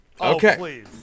Okay